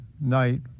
night